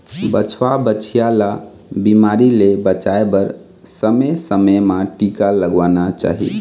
बछवा, बछिया ल बिमारी ले बचाए बर समे समे म टीका लगवाना चाही